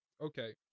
Okay